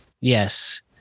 Yes